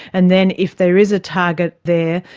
and then if there is a target there,